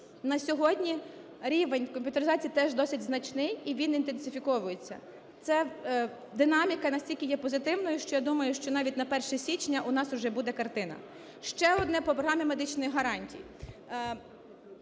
На сьогодні рівень комп'ютеризації теж досить значний і він інтенсифіковується. Ця динаміка настільки є позитивною, що я думаю, що навіть на 1 січня у нас уже буде картина. Ще одне по програмі медичних гарантій.